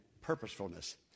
purposefulness